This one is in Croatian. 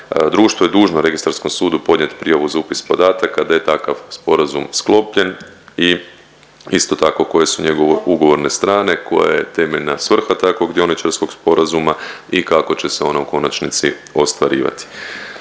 Društvo je dužno registarskom sudu podnijet prijavu za upisa podataka da je takav sporazum sklopljen i isto tako koje su njegove ugovorne strane koja je temeljna svrha takvog dioničarskog sporazuma i kako će se ona u konačnici ostvarivati.